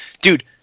Dude